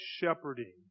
shepherding